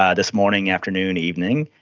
um this morning, afternoon, evening.